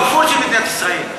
הוויכוח הוא לא על מדינת ישראל,